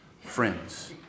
friends